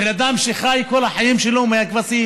בן אדם שחי כל החיים שלו מהכבשים.